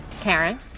Karen